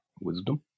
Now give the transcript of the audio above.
Wisdom